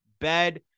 bed